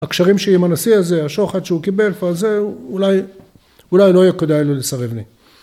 הקשרים שעם הנשיא הזה השוחד שהוא קיבל ועל זה אולי אולי לא יהיה כדאי לו לסרב לי